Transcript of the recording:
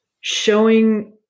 showing